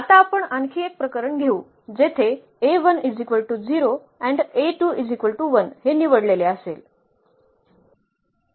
आता आपण आणखी एक प्रकरण घेऊ जेथे हे निवडलेले असेल